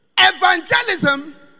evangelism